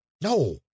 No